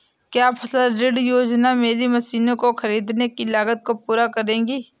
क्या फसल ऋण योजना मेरी मशीनों को ख़रीदने की लागत को पूरा करेगी?